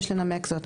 יש לנמק זאת,